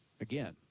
again